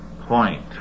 point